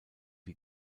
wie